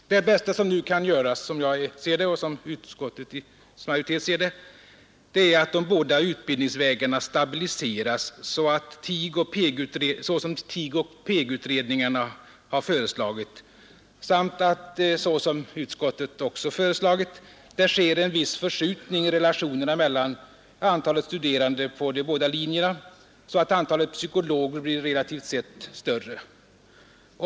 Det bästa som nu kan göras, som jag ser det och som utskottets majoritet ser det, är att de båda utbildningsvägarna stabiliseras såsom TIG och PEG-utredningarna har föreslagit samt att såsom utskottet också föreslagit det sker en viss förskjutning i relationerna mellan antalet studerande på de båda linjerna, så att antalet psykologer blir relativt sett större.